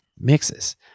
mixes